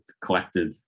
collective